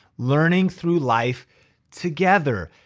learning through life together.